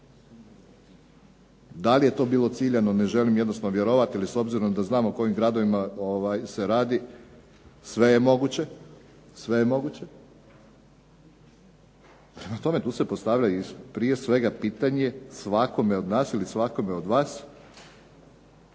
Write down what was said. Da li je to bilo ciljano, ne želim jednostavno vjerovati jer s obzirom da znam o kojim gradovima se radi, sve je moguće. Prema tome, tu se postavlja prije svega pitanje svakome od nas ili svakome od vas